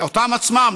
אותם עצמם,